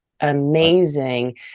Amazing